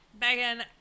Megan